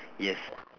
yes